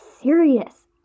serious